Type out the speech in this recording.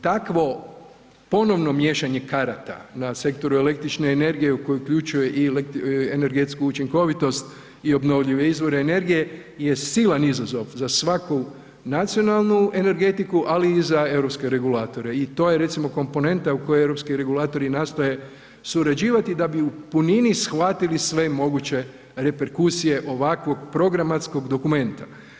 Takvo ponovno miješanje karata na sektoru električne energije koje uključuje i energetsku učinkovitost i obnovljive izvore energije je silan izazov za svaku nacionalnu energetiku ali i za europske regulatore i to je recimo komponenta u kojoj europski regulatori nastoje surađivati da bi u punini shvatili sve moguće reperkusije ovakvog programatskog dokumenta.